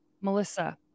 Melissa